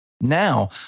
Now